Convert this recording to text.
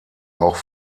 auch